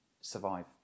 survive